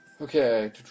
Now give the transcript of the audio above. Okay